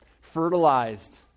Fertilized